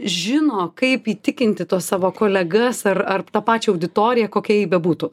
žino kaip įtikinti tuos savo kolegas ar ar tą pačią auditoriją kokia ji bebūtų